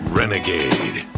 renegade